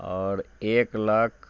आओर एक लाख